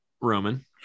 Roman